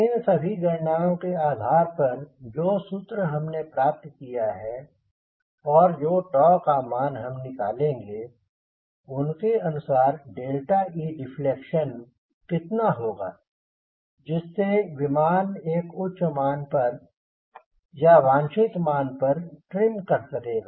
इन सभी गणनाओं के आधार पर जो सूत्र हमने प्राप्त किया है और जो का मान हम निकालेंगे उनके अनुसार delta e deflection कितना होगा जिससे विमान एक उच्च मान पर या वांछित मान पर ट्रिम कर सकेगा